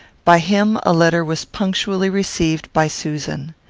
by him a letter was punctually received by susan.